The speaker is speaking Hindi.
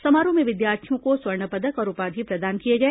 समारोह में विद्यार्थियों को स्वर्ण पदक और उपाधि प्रदान किए गए